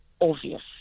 obvious